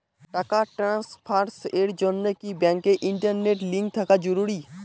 টাকা ট্রানস্ফারস এর জন্য কি ব্যাংকে ইন্টারনেট লিংঙ্ক থাকা জরুরি?